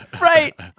Right